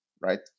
right